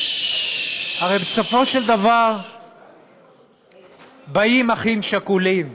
הרי בסופו של דבר באים אחים שכולים,